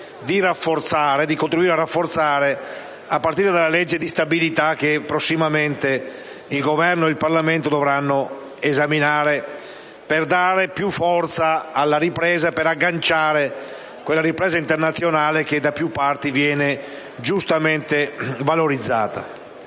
il dovere di contribuire a rafforzare, a cominciare dalla legge di stabilità che prossimamente il Governo e il Parlamento dovranno esaminare, per dare più forza ed agganciare quella ripresa internazionale che da più parti viene giustamente valorizzata.